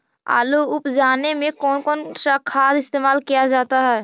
आलू उप जाने में कौन कौन सा खाद इस्तेमाल क्या जाता है?